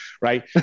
Right